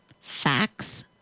facts